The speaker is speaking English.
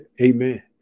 Amen